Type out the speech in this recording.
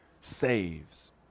saves